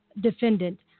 defendant